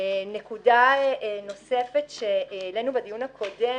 נקודה נוספת שהעלינו בדיון הקודם,